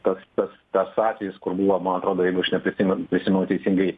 tas tas tas atvejis kur buvo man atrodo jeigu aš neprisimenu prisimenu teisingai